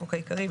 החוק העיקרי),